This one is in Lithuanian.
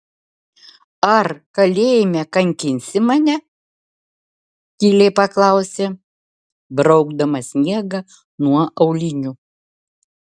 ar kalėjime kankinsi mane tyliai paklausė braukdama sniegą nuo aulinių